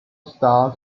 star